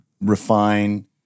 refine